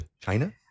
China